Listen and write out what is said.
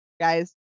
guys